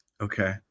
Okay